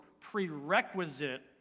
prerequisite